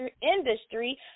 industry